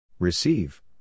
Receive